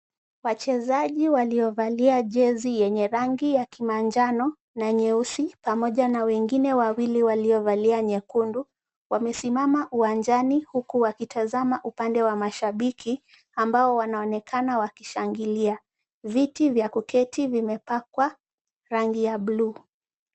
Wachezaji waliovalia jezi yenye rangi ya kimanjano na nyeusi, pamoja na wengine wawili waliovalia nyekundu, wamesimama uwanjani huku wakitazama upande wa mashabiki, ambao wanaonekana wakishangilia. Viti vya kuketi vimepakwa rangi ya blue .